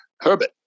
Herbert